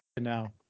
now